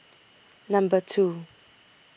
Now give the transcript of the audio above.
Number two